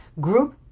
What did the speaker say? GROUP